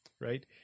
right